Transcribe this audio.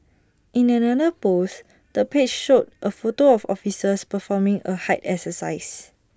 in another post the page showed A photo of officers performing A height exercise